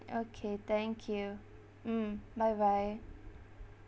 okay thank you mm bye bye